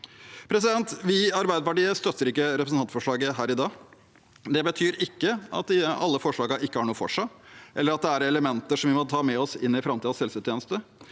Arbeiderpartiet støtter ikke representantforslaget her i dag. Det betyr ikke at alle forslagene ikke har noe for seg, eller at det ikke er elementer som vi må ta med oss inn i framtidens helsetjeneste.